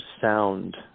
sound